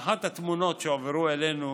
לגבי אחת התמונות שהועברו אלינו,